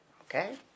okay